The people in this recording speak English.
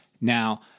Now